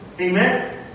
amen